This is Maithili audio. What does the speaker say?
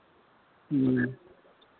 ह्म्म